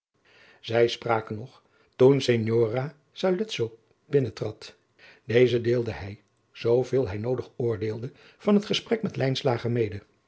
zij spraken nog toen signora saluzzo binnentrad deze deelde hij zooveel hij noodig oordeelde van het gesprek met lijnslager mede